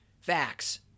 facts